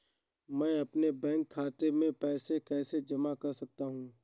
मैं अपने बैंक खाते में पैसे कैसे जमा कर सकता हूँ?